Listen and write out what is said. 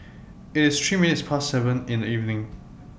IT IS three minutes Past seven in The evening